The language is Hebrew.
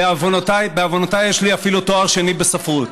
בעוונותיי יש לי אפילו תואר שני בספרות.